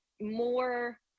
more